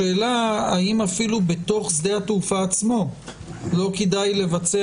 השאלה האם אפילו בתוך שדה התעופה עצמו לא כדאי לבצע